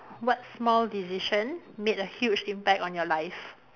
what small decision made a huge impact on your life